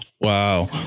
Wow